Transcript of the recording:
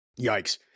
Yikes